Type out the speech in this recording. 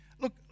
Look